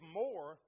more